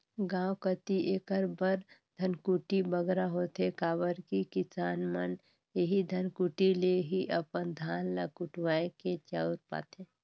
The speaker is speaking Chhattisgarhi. गाँव कती एकर बर धनकुट्टी बगरा होथे काबर कि किसान मन एही धनकुट्टी ले ही अपन धान ल कुटवाए के चाँउर पाथें